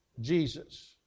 Jesus